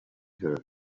her